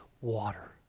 water